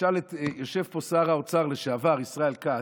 יושב פה שר האוצר לשעבר ישראל כץ,